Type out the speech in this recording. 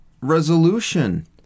resolution